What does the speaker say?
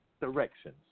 directions